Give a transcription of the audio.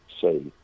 say